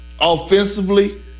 offensively